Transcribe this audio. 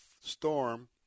storm